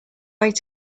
wait